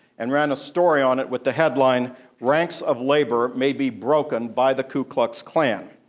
and ran a story on it, with the headline ranks of labor may be broken by the ku klux klan.